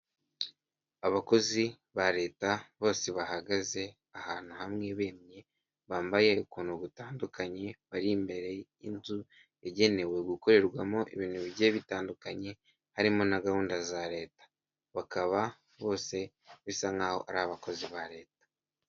Abakozi ba leta bose bahagaze ahantu hamwe bemye, bambaye ukuntu gutandukanye bari imbere y'inzu yagenewe gukorerwamo ibintu bigiye bitandukanye, harimo na gahunda za leta bakaba bose bisa nkaho ari abakozi ba leta.